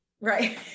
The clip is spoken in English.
Right